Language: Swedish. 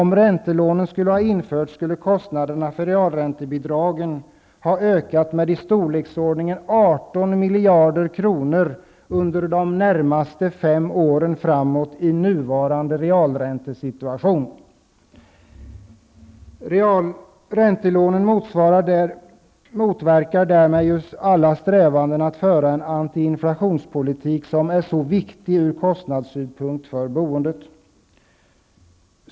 Om räntelånen hade införts, skulle kostnaderna för realräntebidrag ha ökat med i storleksordningen 18 miljarder kronor under de närmaste fem åren, med utgångspunkt i nuvarande realräntesituation. Räntelånen motverkar därmed alla strävanden att föra en antiinflationspolitik, som ju från kostnadssynpunkt är mycket viktig för boendet.